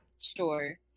sure